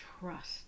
trust